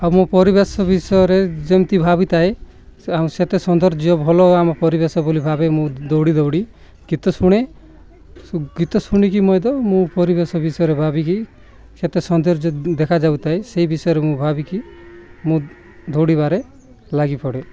ଆଉ ମୋ ପରିବେଶ ବିଷୟରେ ଯେମିତି ଭାବିଥାଏ ଆଉ ସେତେ ସୌନ୍ଦର୍ଯ୍ୟ ଭଲ ଆମ ପରିବେଶ ବୋଲି ଭାବେ ମୁଁ ଦୌଡ଼ି ଦୌଡ଼ି ଗୀତ ଶୁଣେ ଗୀତ ଶୁଣିକି ମୁଇଁ ତ ମୁଁ ପରିବେଶ ବିଷୟରେ ଭାବିକି ସେତେ ସୌନ୍ଦର୍ଯ୍ୟ ଦେଖାଯାଉ ଥାଏ ସେଇ ବିଷୟରେ ମୁଁ ଭାବିକି ମୁଁ ଦୌଡ଼ିବାରେ ଲାଗିପଡ଼େ